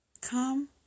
Come